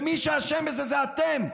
ומי שאשם בזה, זה אתם.